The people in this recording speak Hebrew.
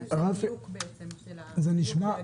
זה מאפשר דיוק של הגילוי.